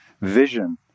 vision